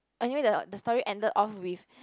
anyway the the story ended off with